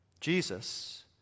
Jesus